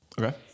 Okay